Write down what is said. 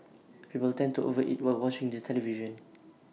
people tend to over eat while watching the television